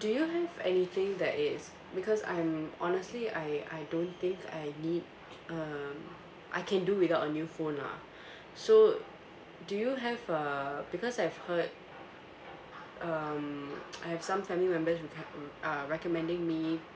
do you have anything that is because I'm honestly I I don't think I need uh I can do without a new phone lah so do you have uh because I've heard um I have some family members uh recommending me